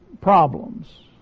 problems